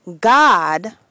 God